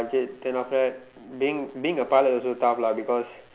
budget then after that being being a pilot also tough lah because